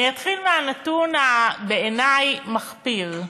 אני אתחיל מנתון שבעיני הוא מחפיר.